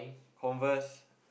converse